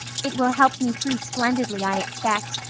it will help me through splendidly, i expect.